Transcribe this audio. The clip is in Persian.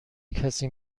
کسی